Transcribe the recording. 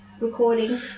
recording